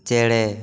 ᱪᱮᱬᱮ